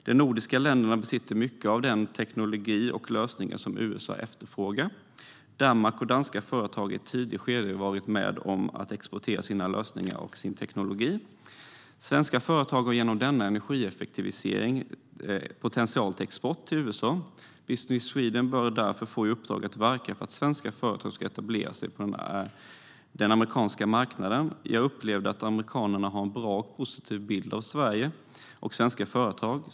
De nordiska länderna besitter mycket av den teknologi och de lösningar som USA efterfrågar. Danmark och danska företag har i ett tidigt skede varit med om att exportera sina lösningar och teknologi. Svenska företag har genom denna energieffektivisering potential till export till USA. Business Sweden bör därför få i uppdrag att verka för att svenska företag ska etablera sig på den amerikanska marknaden. Jag upplevde att amerikanerna har en bra och positiv bild av Sverige och svenska företag.